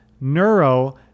Neuro